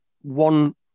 one